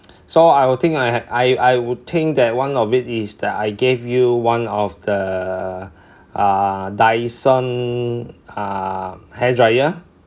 so I will think like I I would think that one of it is that I gave you one of the uh uh Dyson uh hair dryer